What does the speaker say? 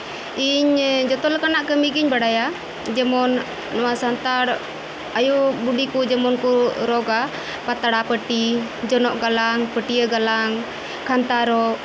ᱤᱧ ᱡᱚᱛᱚ ᱞᱮᱠᱟᱱᱟᱜ ᱠᱟᱹᱢᱤᱜᱤᱧ ᱵᱟᱲᱟᱭᱟ ᱡᱮᱢᱚᱱ ᱱᱚᱣᱟ ᱥᱟᱱᱛᱟᱲ ᱟᱭᱩ ᱵᱩᱰᱤᱠᱩ ᱡᱮᱢᱚᱱ ᱠᱩ ᱨᱚᱜᱼᱟ ᱯᱟᱛᱲᱟ ᱯᱟᱹᱴᱤ ᱡᱚᱱᱚᱜ ᱜᱟᱞᱟᱝ ᱯᱟᱹᱴᱭᱟᱹ ᱜᱟᱞᱟᱝ ᱠᱷᱟᱱᱛᱟ ᱨᱚᱜ